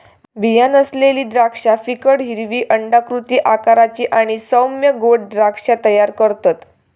बीया नसलेली द्राक्षा फिकट हिरवी अंडाकृती आकाराची आणि सौम्य गोड द्राक्षा तयार करतत